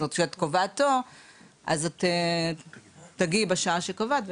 זאת אומרת כשאת קובעת תור תגיעי בשעה שקבעת,